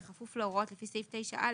בכפוף להוראות לפי סעיף 9א,